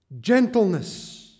Gentleness